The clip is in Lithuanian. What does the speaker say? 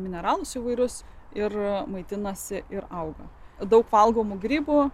mineralas įvairus ir maitinasi ir auga daug valgomų grybų